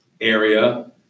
area